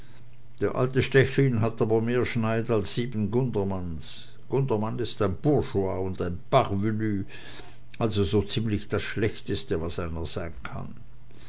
der alte stechlin hat aber mehr schneid als sieben gundermanns gundermann ist ein bourgeois und ein parvenu also so ziemlich das schlechteste was einer sein kann